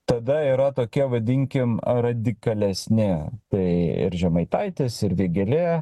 tada yra tokia vadinkim radikalesni tai ir žemaitaitis ir vėgėlė